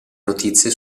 notizie